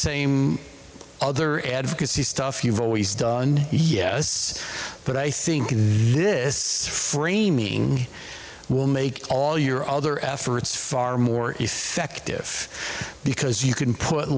same other advocacy stuff you've always done yeah but i think this framing will make all your other efforts far more effective because you can put